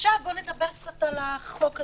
עכשיו בואו נדבר קצת על החוק הזה.